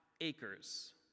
acres